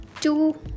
two